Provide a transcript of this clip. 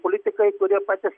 politikai kurie patys